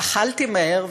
אכלתי מהר,